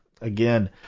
again